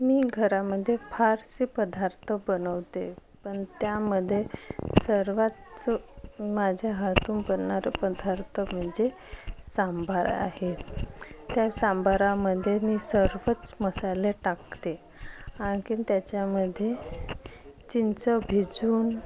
मी घरामध्ये फारसे पदार्थ बनवते पण त्यामध्ये सर्वात माझ्या हातून बनणारा पदार्थ म्हणजे सांभार आहे तर सांबारामध्ये मी सर्वच मसाले टाकते आणखीन त्याच्यामध्ये चिंच भिजवून